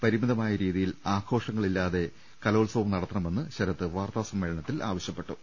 പരിമിതമായ രീതിയിൽ ആഘോഷങ്ങളില്ലാതെ കലോത്സവം നടത്തണമെന്ന് ശരത് വാർത്താ സമ്മേളനത്തിൽ ആവശ്യപ്പെ ട്ടു